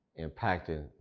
impacting